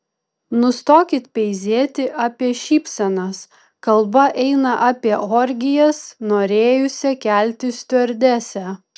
nustokit peizėti apie šypsenas kalba eina apie orgijas norėjusią kelti stiuardesę